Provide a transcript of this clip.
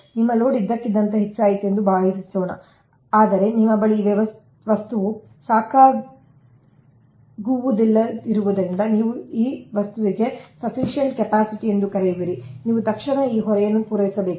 ನಿಮ್ಮ ಲೋಡ್ ಇದ್ದಕ್ಕಿದ್ದಂತೆ ಹೆಚ್ಚಾಯಿತು ಎಂದು ಭಾವಿಸೋಣ ಆದರೆ ನಿಮ್ಮ ಬಳಿ ಈ ವಸ್ತುವು ಸಾಕಾಗುವುದಿಲ್ಲವಾದ್ದರಿಂದ ನೀವು ಈ ವಸ್ತುವಿಗೆ ಸಫೀಷಿಯೆಂಟ್ ಕ್ಯಾಪಸಿಟಿ ಎಂದು ಕರೆಯುವಿರಿ ನೀವು ತಕ್ಷಣ ಆ ಹೊರೆಯನ್ನು ಪೂರೈಸಬೇಕು